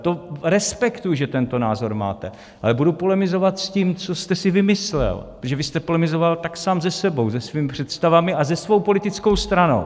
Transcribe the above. To respektuji, že tento názor máte, ale budu polemizovat s tím, co jste si vymyslel, protože vy jste polemizoval sám se sebou, se svými představami a se svou politickou stranou.